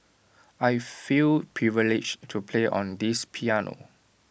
I feel privileged to play on this piano